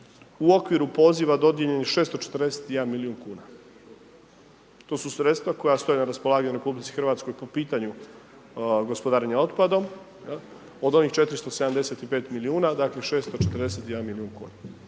u okviru poziva dodijeljeno je 641 milijun kuna. to su sredstva koja stoje na raspolaganju RH po pitanju gospodarenja otpadom, od onih 475 milijuna, dakle 641 milijun kuna.